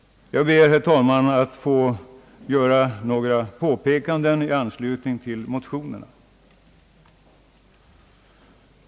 Jag ber, herr talman, att få göra några påpekanden i anslutning till motionerna.